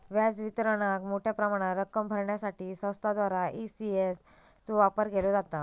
व्याज वितरणाक मोठ्या प्रमाणात रक्कम भरण्यासाठी संस्थांद्वारा ई.सी.एस चो वापर केलो जाता